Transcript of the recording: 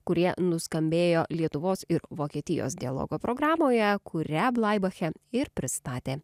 kurie nuskambėjo lietuvos ir vokietijos dialogo programoje kurią blaibache ir pristatė